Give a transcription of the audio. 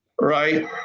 right